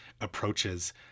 approaches